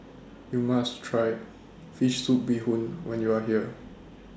YOU must Try Fish Soup Bee Hoon when YOU Are here